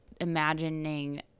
imagining